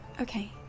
Okay